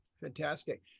Fantastic